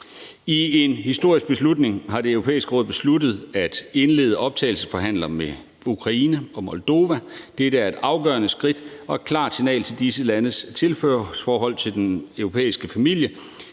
I en historisk beslutning har Det Europæiske Råd besluttet at indlede optagelsesforhandlinger med Ukraine og Moldova. Dette er et afgørende skridt og et klart signal om disse landes tilhørsforhold til den europæiske familie.